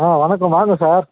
ஆ வணக்கம் வாங்க சார்